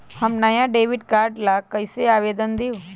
हम नया debit card ला कईसे आवेदन दिउ?